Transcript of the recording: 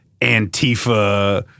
Antifa